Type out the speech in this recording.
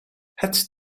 het